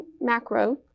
macro